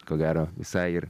ko gero visai ir